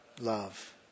love